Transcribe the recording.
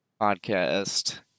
podcast